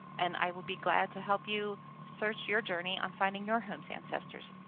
and i would be glad to help you search your journey on finding your home's ancestors.